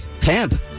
Pimp